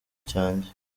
cyanjye